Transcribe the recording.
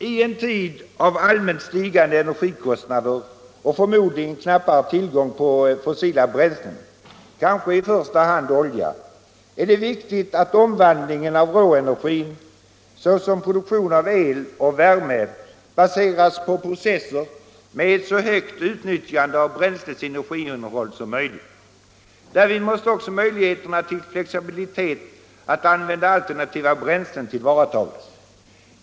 I en tid av allmänt stigande energikostnader och förmodligen knappare tillgång på fossila bränslen, kanske i första hand olja, är det viktigt att omvandlingen av råenergi, såsom produktion av el och värme, baseras på processer med så högt utnyttjande av bränslets energiinnehåll som möjligt. Därvid måste också möjligheterna att t.ex. använda alternativa bränslen tillvaratas.